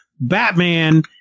Batman